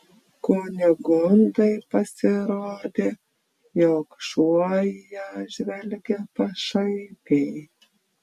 kunigundai pasirodė jog šuo į ją žvelgia pašaipiai